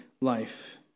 life